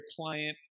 client